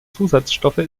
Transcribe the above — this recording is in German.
zusatzstoffe